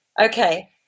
Okay